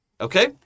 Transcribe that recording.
Okay